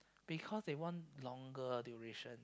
because they want longer duration